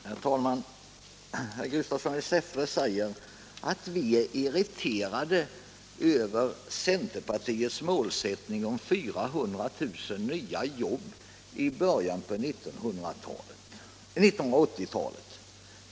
Herr talman! Herr Gustafsson i Säffle säger att vi är irriterade över centerpartiets målsättning 400 000 nya jobb i början av 1980-talet.